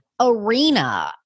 arena